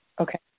Okay